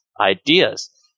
ideas